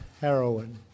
heroin